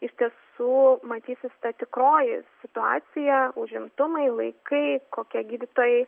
iš tiesų matysis ta tikroji situacija užimtumai laikai kokie gydytojai